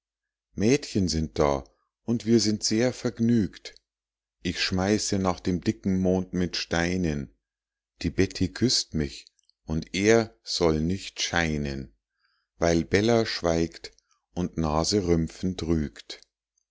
mädchen sind da und wir sind sehr vergnügt ich schmeiße nach dem dicken mond mit steinen die betty küßt mich und er soll nicht scheinen weil bella schweigt und naserümpfend rügt